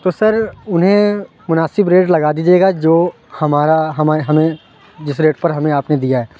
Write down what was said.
تو سر انہیں مناسب ریٹ لگا دیجیے گا جو ہمارا ہمیں جس ریٹ پر ہمیں آپ نے دیا ہے